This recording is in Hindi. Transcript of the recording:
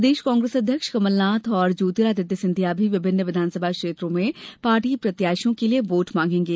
प्रदेश कांग्रेस अध्यक्ष कमलनाथ और ज्योतिरादित्य सिंधिया भी विभिन्न विधानसभा क्षेत्रों में पार्टी प्रत्याशियों के लिए वोट मांगेंगे